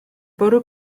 bwrw